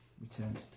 returned